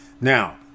now